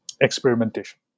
experimentation